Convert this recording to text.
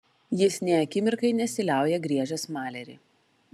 jis nė akimirkai nesiliauja griežęs malerį